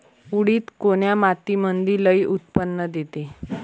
उडीद कोन्या मातीमंदी लई उत्पन्न देते?